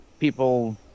people